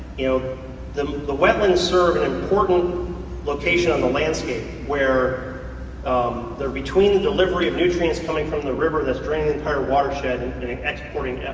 you know the the wetlands serve an important location on the landscape where um they're between the delivery of nutrients coming from the river that's draining an entire water shed and exporting it